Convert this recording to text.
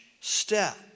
step